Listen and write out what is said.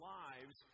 lives